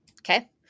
Okay